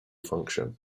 function